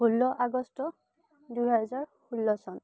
ষোল্ল আগষ্ট দুহেজাৰ ষোল্ল চন